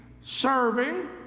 serving